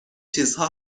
چیزها